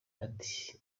ati